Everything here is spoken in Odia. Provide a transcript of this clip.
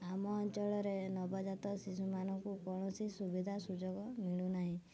ଆମ ଅଞ୍ଚଳରେ ନବଜାତ ଶିଶୁମାନଙ୍କୁ କୌଣସି ସୁବିଧା ସୁଯୋଗ ମିଳୁ ନାହିଁ